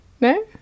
No